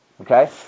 Okay